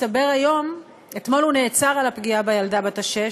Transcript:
אתמול הוא נעצר על הפגיעה בילדה בת השש,